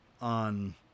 on